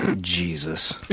Jesus